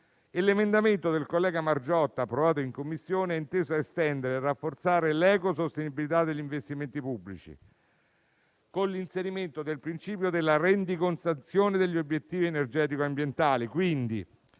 L'emendamento del senatore Margiotta, approvato in Commissione, è inteso a estendere e rafforzare l'ecosostenibilità degli investimenti pubblici, con l'inserimento del principio della rendicontazione degli obiettivi energetico-ambientali.